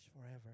forever